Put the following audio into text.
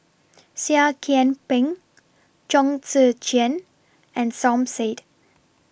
Seah Kian Peng Chong Tze Chien and Som Said